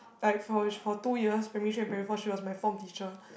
like for for two years primary three and primary four she was my form teacher